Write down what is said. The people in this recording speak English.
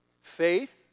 Faith